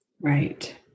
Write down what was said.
Right